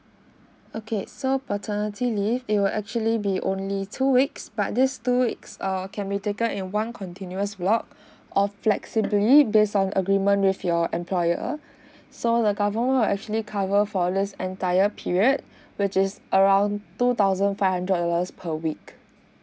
okay so paternity leave it will actually be only two weeks but this two weeks err can be taken in one continuous block or flexibly based on agreement with your employer so the government will actually cover for these entire period which is around two thousand five hundred dollars per week